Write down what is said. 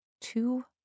Two